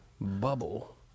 Bubble